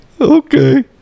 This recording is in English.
Okay